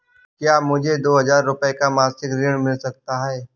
क्या मुझे दो हजार रूपए का मासिक ऋण मिल सकता है?